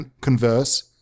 converse